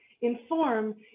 inform